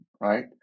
right